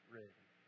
ready